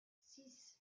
six